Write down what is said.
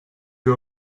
you